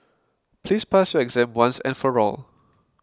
please pass your exam once and for all